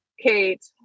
kate